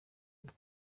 bwe